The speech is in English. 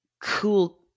cool